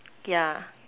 yeah